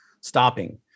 stopping